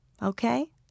Okay